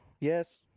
Yes